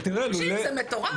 זה מטורף.